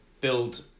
build